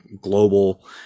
global